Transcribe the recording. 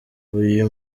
uyu